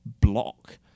block